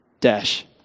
Dash